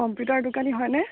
computer দোকানী হয় নে